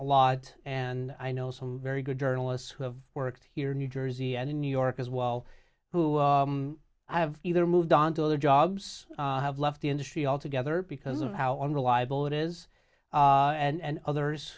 a lot and i know some very good journalists who have worked here in new jersey and in new york as well who have either moved on so the jobs have left the industry altogether because of how unreliable it is and others